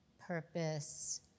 purpose